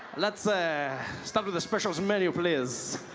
lets ah start with the specials menu please.